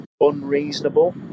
unreasonable